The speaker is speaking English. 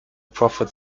prophet